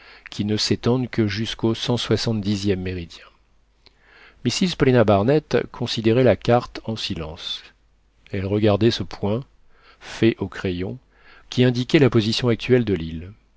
qui ne s'étendent que jusqu'au cent soixante dixième méridien mrs paulina barnett considérait la carte en silence elle regardait ce point fait au crayon qui indiquait la position actuelle de l'île